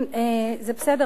זה בסדר,